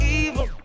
evil